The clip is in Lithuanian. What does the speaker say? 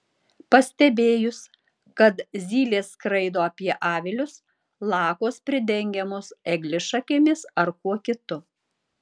pastebėjus kad zylės skraido apie avilius lakos pridengiamos eglišakėmis ar kuo kitu